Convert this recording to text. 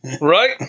Right